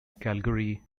calgary